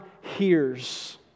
hears